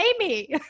Amy